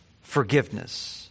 Forgiveness